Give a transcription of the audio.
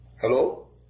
Hello